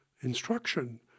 instruction